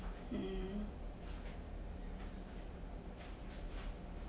um